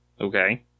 Okay